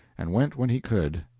and went when he could.